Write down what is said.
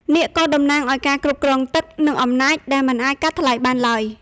នាគក៏តំណាងឱ្យការគ្រប់គ្រងទឹក និងអំណាចដែលមិនអាចកាត់ថ្លៃបានឡើយ។